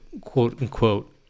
quote-unquote